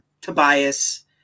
Tobias